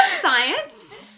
science